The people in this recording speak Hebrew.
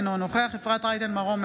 אינו נוכח אפרת רייטן מרום,